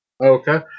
Okay